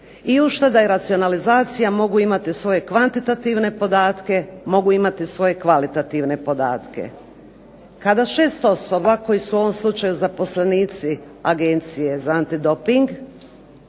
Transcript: I ušteda i racionalizacija mogu imati svoje kvantitativne podatke, mogu imati svoje kvalitativne podatke. Kada 6 osoba koji su u ovom slučaju zaposlenici Agencije za antidoping